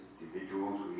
individuals